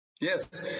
Yes